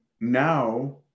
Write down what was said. now